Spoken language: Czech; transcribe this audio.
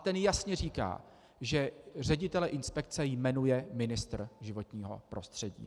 A ten jasně říká, že ředitele inspekce jmenuje ministr životního prostředí.